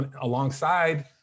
alongside